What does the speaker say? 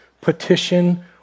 petition